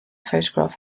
photograph